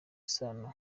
isano